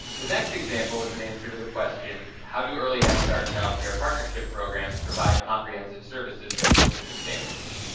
the next example is an answer to the question, how do early head start child care partnership programs provide comprehensive services to children and families?